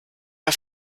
auf